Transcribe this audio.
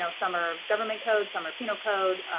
so some are government code, some are penal code,